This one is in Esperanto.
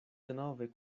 denove